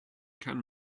can